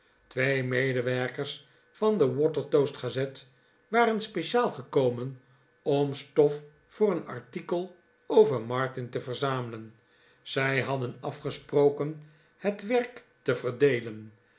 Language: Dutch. twee medewerkers van de watertoast gazette waren speciaal gekomen om stof voor een artikel over martin te verzamelen zij hadden afwel mijnheer zei de